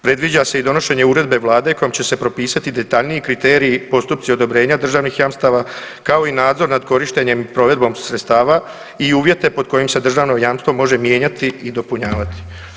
Predviđa se i donošenje uredbe Vlade kojom će se propisati detaljniji kriteriji, postupci odobrenja državnih jamstava, kao i nadzor nad korištenjem provedbom sredstava i uvjete pod kojim se državno jamstvo može mijenjati i dopunjavati.